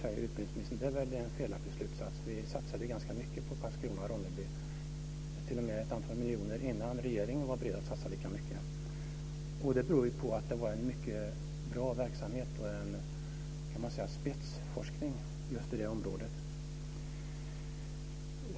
Det är väl en felaktig slutsats. Vi satsade ganska mycket på Karlskrona-Ronneby, t.o.m. ett antal miljoner innan regeringen var beredd att satsa lika mycket. Det beror på att det varit en mycket bra verksamhet och spetsforskning just i det området.